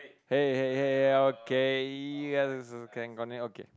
hey hey hey hey okay can continue okay